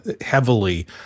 heavily